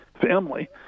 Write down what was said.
family